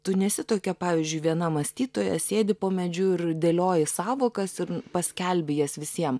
tu nesi tokia pavyzdžiui viena mąstytoja sėdi po medžiu ir dėlioji sąvokas ir paskelbi jas visiem